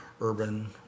urban